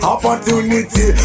Opportunity